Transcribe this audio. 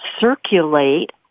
circulate